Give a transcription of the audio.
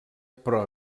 però